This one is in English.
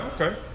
okay